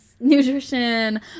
nutrition